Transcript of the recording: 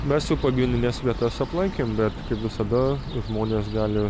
mes jau pagrindines vietas aplankėm bet visada žmonės gali